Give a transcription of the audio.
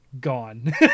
gone